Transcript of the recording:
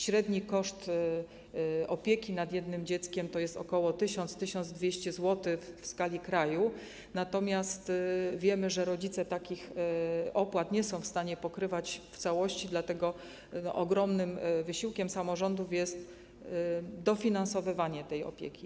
Średni koszt opieki nad jednym dzieckiem to jest ok. 1000-1200 zł w skali kraju, natomiast wiemy, że rodzice takich opłat nie są w stanie pokrywać w całości, dlatego ogromnym wysiłkiem samorządów jest dofinansowywanie tej opieki.